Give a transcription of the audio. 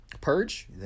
Purge